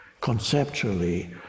conceptually